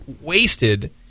wasted